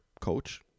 coach